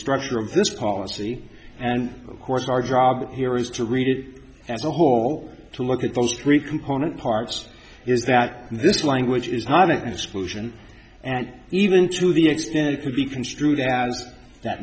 structure of this policy and of course our job here is to read it as a whole to look at those three component parts is that this language is not an exclusion and even to the extent it could be construed as that